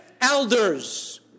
Elders